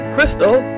Crystal